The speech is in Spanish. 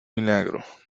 milagro